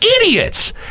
idiots